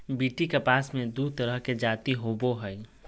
BT कपास मे दू तरह के जाति होबो हइ